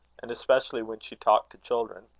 and especially when she talked to children.